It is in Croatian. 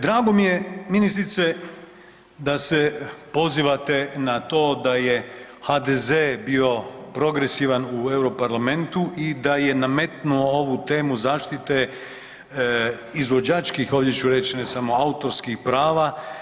Drago mi je ministrice da se pozivate na to da je HDZ bio progresivan u Europarlamentu i da je nametnuo ovu temu zaštite izvođačkih, ovdje ću reć ne samo autorskih prava.